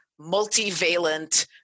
multivalent